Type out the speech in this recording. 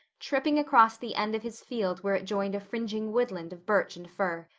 tripping across the end of his field where it joined a fringing woodland of birch and fir.